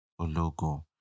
Ologo